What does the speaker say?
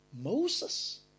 Moses